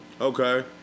Okay